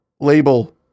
label